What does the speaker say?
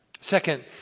Second